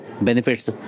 benefits